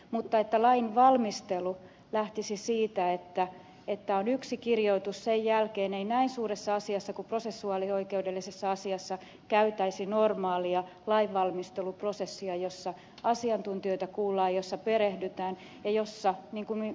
mutta niin ei voi olla että lain valmistelu lähtisi liikkeelle siitä että on yksi kirjoitus ja sen jälkeen ei näin suuressa asiassa kuin prosessioikeudellisessa asiassa käytäisi normaalia lainvalmisteluprosessia jossa asiantuntijoita kuullaan jossa perehdytään ja jossa niin kuin ed